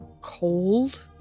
cold